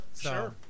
Sure